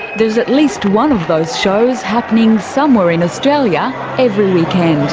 there's at least one of those shows happening somewhere in australia every weekend.